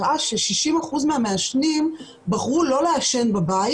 הראה ש-60 אחוזים מהמעשנים בחרו לא לעשן בבית